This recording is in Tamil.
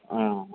ம்